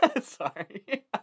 Sorry